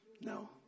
No